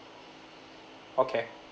okay